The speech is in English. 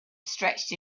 stretched